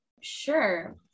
Sure